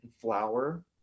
flour